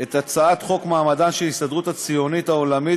את הצעת חוק מעמדן של ההסתדרות הציונית העולמית